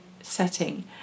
setting